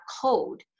code